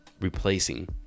replacing